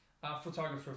Photographer